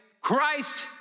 Christ